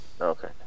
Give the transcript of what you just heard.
Okay